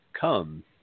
Come